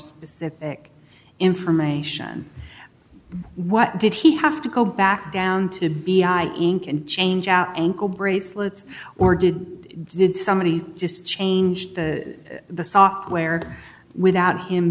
specific information what did he have to go back down to be i think in change out ankle bracelets or did did somebody just change the software without him